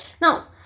Now